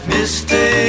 Misty